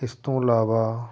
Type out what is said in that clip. ਇਸ ਤੋਂ ਇਲਾਵਾ